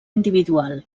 individual